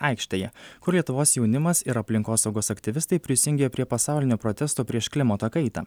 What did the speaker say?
aikštėje kur lietuvos jaunimas ir aplinkosaugos aktyvistai prisijungė prie pasaulinio protesto prieš klimato kaitą